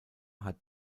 hat